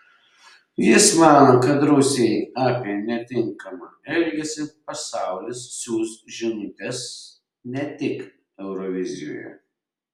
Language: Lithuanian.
jis mano kad rusijai apie netinkamą elgesį pasaulis siųs žinutes ne tik eurovizijoje